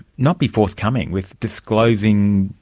not be forthcoming with disclosing,